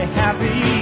happy